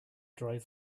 drive